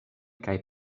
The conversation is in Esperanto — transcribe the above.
kaj